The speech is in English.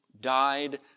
died